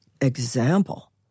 example